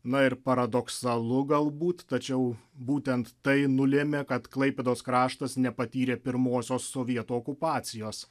na ir paradoksalu galbūt tačiau būtent tai nulėmė kad klaipėdos kraštas nepatyrė pirmosios sovietų okupacijos